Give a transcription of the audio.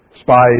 spies